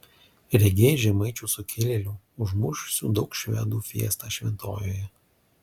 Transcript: regėjai žemaičių sukilėlių užmušusių daug švedų fiestą šventojoje